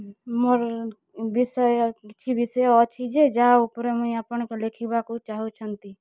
ମୋର୍ ବିଷୟ ଏହି ବିଷୟ ଅଛି ଯେ ଯାହା ଉପରେ ମୁଇଁ ଆପଣଙ୍କୁ ଲେଖିବାକୁ ଚାହୁଁଛନ୍ତି